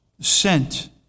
sent